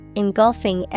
engulfing